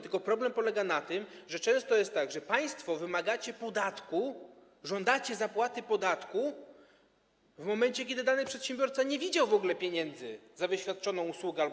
Tylko problem polega na tym, że często jest tak, że państwo wymagacie podatku, żądacie zapłaty podatku w momencie, kiedy dany przedsiębiorca nie widział w ogóle pieniędzy za wyświadczoną usługę albo